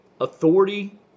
Authority